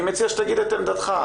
אני מציע שתגיד את עמדתך.